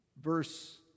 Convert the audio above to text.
verse